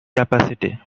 capacity